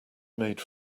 made